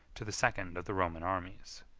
to the second of the roman armies.